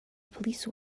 police